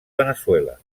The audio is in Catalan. veneçuela